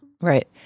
Right